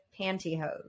pantyhose